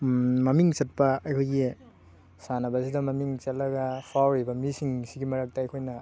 ꯃꯃꯤꯡ ꯆꯠꯄ ꯑꯩꯈꯣꯏꯒꯤ ꯁꯥꯟꯅꯕꯁꯤꯗ ꯃꯃꯤꯡ ꯆꯠꯂꯒ ꯐꯥꯎꯔꯤꯕ ꯃꯤꯁꯤꯡꯁꯤꯒꯤ ꯃꯔꯛꯇ ꯑꯩꯈꯣꯏꯅ